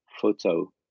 photo